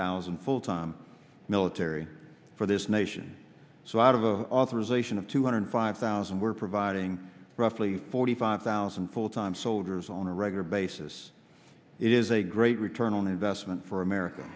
thousand full time military for this nation so out of the authorization of two hundred five thousand we're providing roughly forty five thousand full time soldiers on a regular basis it is a great return on investment for america